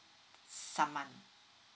summon